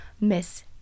Miss